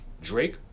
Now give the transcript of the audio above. Drake